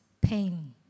pain